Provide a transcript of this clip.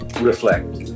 reflect